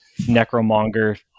necromonger